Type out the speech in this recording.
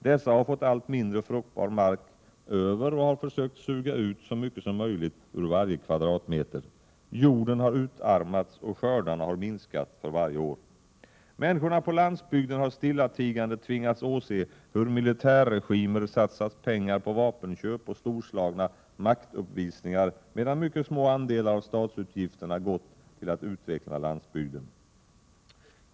Dessa har fått allt mindre fruktbar mark över och har försökt suga ut så mycket som möjligt ur varje kvadratmeter. Jorden har utarmats och skördarna har minskat för varje år. Människorna på landsbygden har stillatigande tvingats åse hur militärregimer satsat pengar på vapenköp och storslagna maktuppvisningar, medan mycket små andelar av statsutgifterna gått till att utveckla landsbygden.